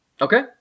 Okay